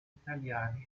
italiani